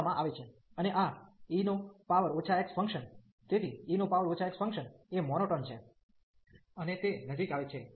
અને આ e x function તેથી e x ફંક્શન એ મોનોટોન છે અને તે નજીક આવે છે